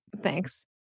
thanks